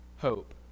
Hope